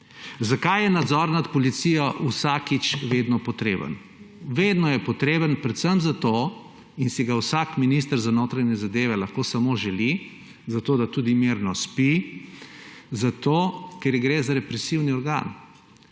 Zakaj je nadzor nad policijo vsakič, vedno potreben? Vedno je potreben predvsem zato in si ga vsak minister za notranje zadeve lahko samo želi, zato da tudi mirno spi, ker gre za represivni organ.